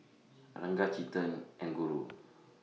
Ranga Chetan and Guru